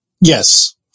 Yes